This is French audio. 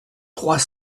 trois